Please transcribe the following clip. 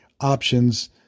options